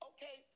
Okay